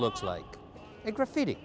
looks like a graffiti